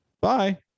bye